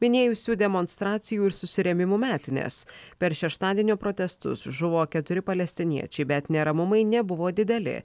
minėjusių demonstracijų ir susirėmimų metines per šeštadienio protestus žuvo keturi palestiniečiai bet neramumai nebuvo dideli